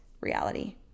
reality